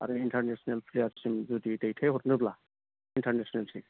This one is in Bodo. आरो इन्टारनेसनेल प्लेयारसिम जुदि दैथायहरनोब्ला इन्टारनेसनेलसिम